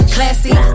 Classy